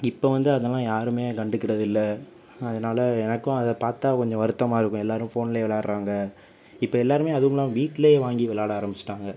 இப்போ வந்து அதெல்லாம் யாரும் கண்டுக்கிறது இல்லை அதனால எனக்கும் அதை பார்த்தா கொஞ்சம் வருத்தமாக இருக்கும் எல்லோரும் ஃபோன்லையே வெளாடுறாங்க இப்போ எல்லோருமே அதுல்லாமல் வீட்லையே வாங்கி வெளாட ஆரம்பிச்சுட்டாங்க